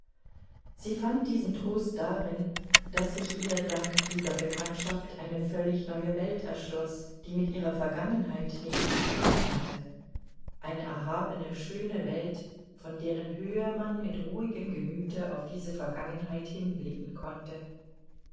sie fand diesen trost darin daß sich ihr dank dieser bekanntschaft eine völlig neue welt erschloß die mit ihrer vergangenheit nichts gemein hatte eine erhabene schöne welt von deren höhe man mit ruhigem gemüte auf diese vergangenheit hinblicken konnte